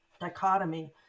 dichotomy